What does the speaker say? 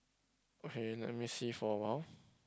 okay let me see for a while